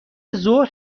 ظهر